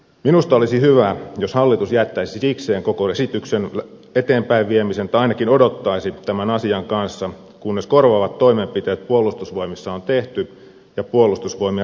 minusta olisi hyvä jos hallitus jättäisi sikseen koko esityksen eteenpäin viemisen tai ainakin odottaisi tämän asian kanssa kunnes korvaavat toimenpiteet puolustusvoimissa on tehty ja puolustusvoimien rakennemuutos viety läpi